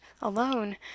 alone